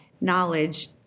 knowledge